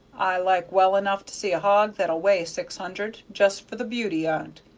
i like well enough to see a hog that'll weigh six hunderd, just for the beauty on't,